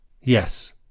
Yes